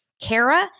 Kara